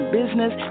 business